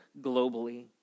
globally